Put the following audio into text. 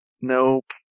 nope